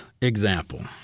example